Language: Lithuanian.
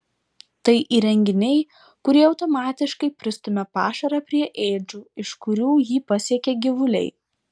tai įrenginiai kurie automatiškai pristumia pašarą prie ėdžių iš kurių jį pasiekia gyvuliai